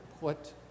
put